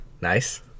Nice